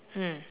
mm